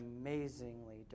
amazingly